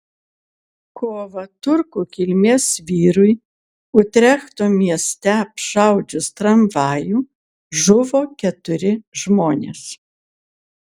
kovą turkų kilmės vyrui utrechto mieste apšaudžius tramvajų žuvo keturi žmonės